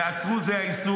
ואסרו זה האיסור,